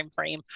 timeframe